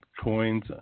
coins